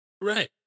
Right